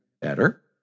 better